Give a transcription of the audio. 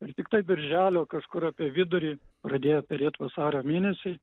ir tiktai birželio kažkur apie vidurį pradėjo perėt vasario mėnesį